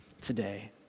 today